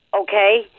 okay